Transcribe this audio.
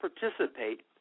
participate